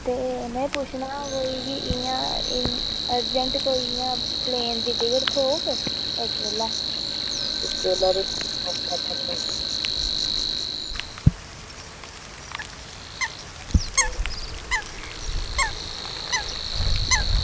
ते में पुच्छना कोई इंया अरजैंट कोई इंया प्लेन दी टिकट थ्होग इस बेल्लै